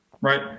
Right